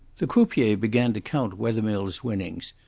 the croupier began to count wethermill's winnings,